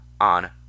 on